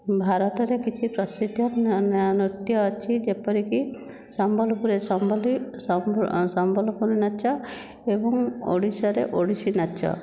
ଭାରତରେ କିଛି ପ୍ରସିଦ୍ଧ ନୃତ୍ୟ ଅଛି ଯେପରି କି ସମ୍ବଲପୁରରେ ସମ୍ବଲି ସମ୍ବଲପୁରୀ ନାଚ ଏବଂ ଓଡ଼ିଶାରେ ଓଡ଼ିଶୀ ନାଚ